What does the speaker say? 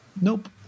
Nope